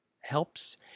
helps